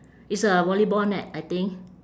it's a volleyball net I think